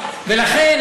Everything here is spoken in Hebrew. ולכן,